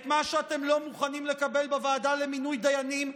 את מה שאתם לא מוכנים לקבל בוועדה למינוי דיינים,